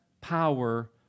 power